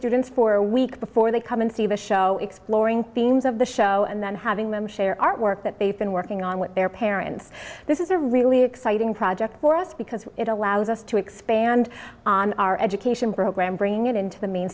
students for a week before they come and see the show exploring themes of the show and then having them share artwork that they've been working on with their parents this is a really exciting project for us because it allows us to expand on our education program bringing it into the main